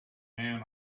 man